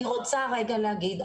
אני רוצה רגע להגיד,